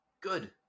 Good